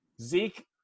Zeke